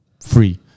Free